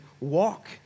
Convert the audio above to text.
walk